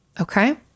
Okay